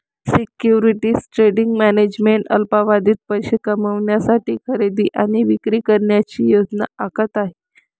securities trading management अल्पावधीत पैसे कमविण्यासाठी खरेदी आणि विक्री करण्याची योजना आखत आहे